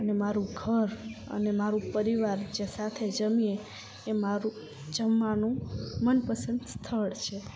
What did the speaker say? અને માંરુ ઘર અને મારું પરિવાર જે સાથે જમીએ એ મારું જમવાનું મનપસંદ સ્થળ છે